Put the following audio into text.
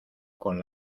con